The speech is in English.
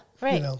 Right